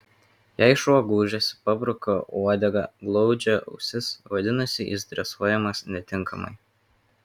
jei šuo gūžiasi pabruka uodegą glaudžia ausis vadinasi jis dresuojamas netinkamai